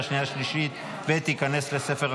נתקבל.